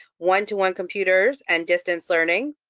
one-to-one computers and distance learning,